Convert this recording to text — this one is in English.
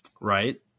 Right